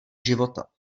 života